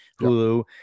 Hulu